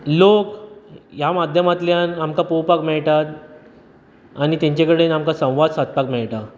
लोक ह्या माध्यमांतल्यान आमकां पोवपाक मेळटात आनी तेंचे कडेन आमकां संवाद सादपाक मेळटा